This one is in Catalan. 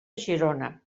girona